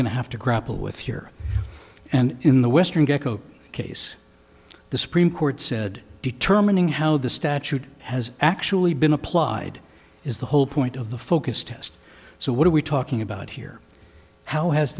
going to have to grapple with here and in the western gekko case the supreme court said determining how the statute has actually been applied is the whole point of the focus test so what are we talking about here how has